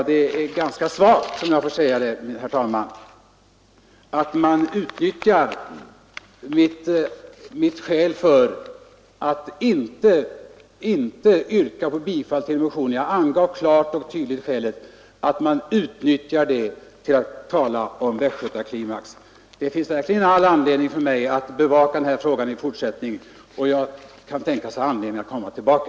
Det är ganska svagt, herr talman, att mitt skäl för att inte yrka bifall till motionen — jag angav klart och tydligt detta skäl — utnyttjas till att tala om västgötaklimax. Det finns verkligen all anledning för mig att bevaka denna fråga i fortsättningen. Jag kan ha anledning att komma tillbaka.